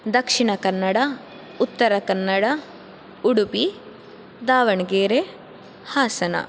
Dakshina Kannada Uttara Kannada Udupi Davanagere Hassan